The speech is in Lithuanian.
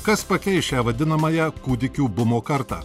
kas pakeis šią vadinamąją kūdikių bumo kartą